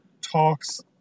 talks